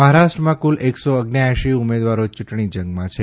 મફારાષ્ટ્રમાં કુલ એકસો અગ્યાએંશી ઉમેદવારો ચૂંટણી જંગમાં છે